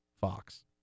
Fox